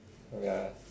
ya